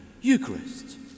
Eucharist